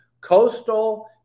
coastal